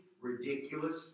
ridiculous